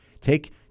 Take